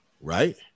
right